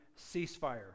ceasefire